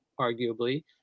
arguably